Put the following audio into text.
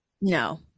No